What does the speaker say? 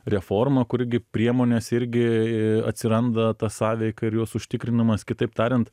reformą kurgi priemonės irgi atsiranda ta sąveika ir jos užtikrinimas kitaip tariant